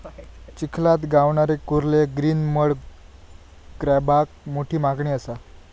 चिखलात गावणारे कुर्ले ग्रीन मड क्रॅबाक मोठी मागणी असा